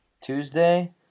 Tuesday